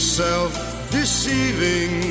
self-deceiving